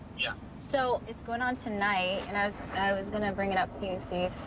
yeah so it's going on tonight, and i was going to bring it up to you, and see if,